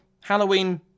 Halloween